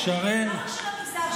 לא רק של המגזר שלכם.